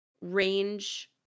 range